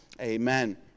amen